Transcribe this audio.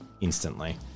instantly